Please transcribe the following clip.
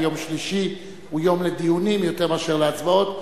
כי יום שלישי הוא יום לדיונים יותר מאשר להצבעות,